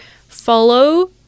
follow